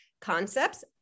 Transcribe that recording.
concepts